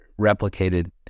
replicated